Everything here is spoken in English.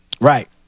Right